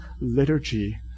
liturgy